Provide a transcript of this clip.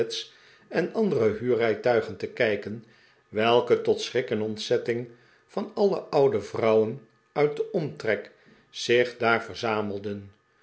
en andere huurrijtuigen te kijken welke tot schrik en ontzetting van alle oude vrouwen uit den omtrek zich daar verzamelden